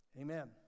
Amen